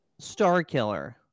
Starkiller